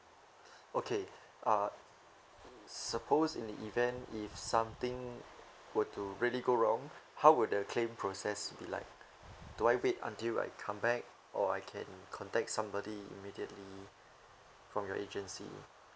okay uh suppose in the event if something were to really go wrong how would the claim process be like do I wait until I come back or I can contact somebody immediately from your agency